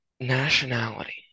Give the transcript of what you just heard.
nationality